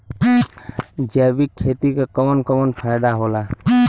जैविक खेती क कवन कवन फायदा होला?